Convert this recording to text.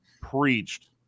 preached